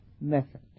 method